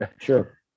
Sure